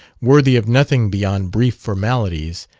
worthy of nothing beyond brief formalities,